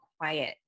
quiet